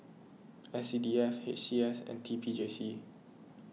S C D F H C S and T P J C